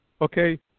Okay